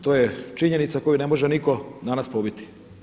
To je činjenica koju ne može nitko danas pobiti.